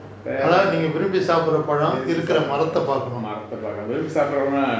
மரத்த பாக்காம விரும்பி சாப்புடுற பழம்னா:maratha pakama virumbi sapudura palamna